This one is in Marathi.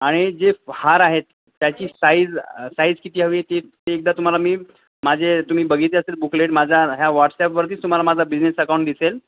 आणि जे हार आहेत त्याची साईज साईज किती हवी आहे ती ती एकदा तुम्हाला मी माझे तुम्ही बघितले असेल बुकलेट माझ्या ह्या वॉट्सॲपवरती तुम्हाला माझा बिझनेस अकाऊंट दिसेल